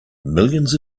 millions